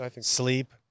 sleep